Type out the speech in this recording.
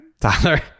Tyler